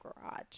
garage